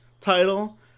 title